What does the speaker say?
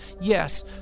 yes